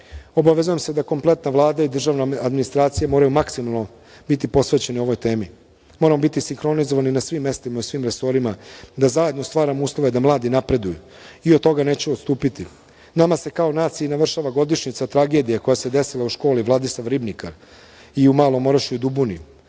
obavezujem se da kompletna Vlada i državna administracija moraju maksimalno biti posvećene ovaj temi. Moramo biti sinhronizovani na svim mestima i u svim resorima, da zajedno stvaramo uslove da mladi napreduju, i od toga neću odstupiti. Nama se kao naciji navršava godišnjica tragedije koja se desila u školi „Vladislav Ribnikar“ i u Malom Orašju i Duboni.